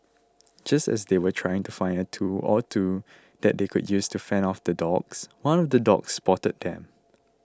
just as they were trying to find a tool or two that they could use to fend off the dogs one of the dogs spotted them